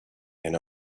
and